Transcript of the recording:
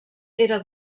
era